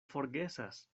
forgesas